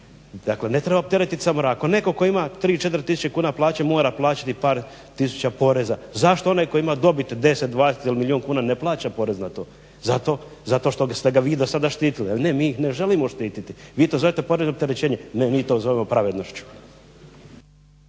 rada. Ne treba opteretit samo rad, ako netko tko ima tri, četiri kuna plaće, mora plaćati par tisuća poreza zašto onaj koji ima dobit 10, 20 ili milijun kuna ne plaća porez na to. Zato što biste ih vi do sada štitili. Al ne mi ih ne želimo štititi. Vi to zovete porezno opterećenje, ne mi to zovemo pravednošću.